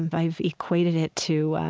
i've equated it to